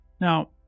Now